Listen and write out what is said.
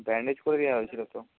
bandage করে দেওয়া হয়েছিল তো